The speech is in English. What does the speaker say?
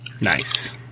Nice